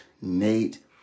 Nate